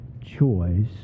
choice